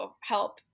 help